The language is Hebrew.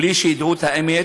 בלי שידעו את האמת,